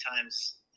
times